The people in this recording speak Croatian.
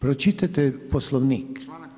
Pročitajte poslovnik.